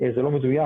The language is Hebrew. זה לא מדויק,